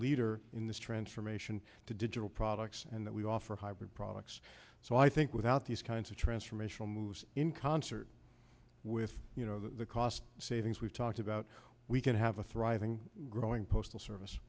leader in this transformation to digital products and that we offer hybrid products so i think without these kinds of transformational moves in concert with you know the cost savings we've talked about we can have a thriving growing postal service